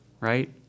right